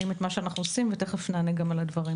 מדובר על תהליך